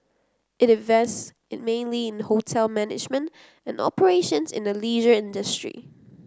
it invests mainly in hotel management and operations in the leisure industry